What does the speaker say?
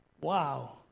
Wow